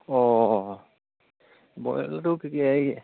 অঁ ব্ৰইলাৰটো কি এই